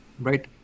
Right